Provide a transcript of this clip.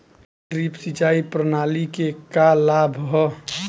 Drip सिंचाई प्रणाली के का लाभ ह?